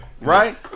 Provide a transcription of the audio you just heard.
Right